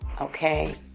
Okay